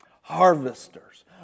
harvesters